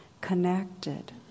connected